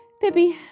Pippi